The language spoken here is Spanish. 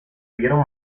dieron